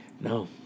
No